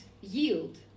yield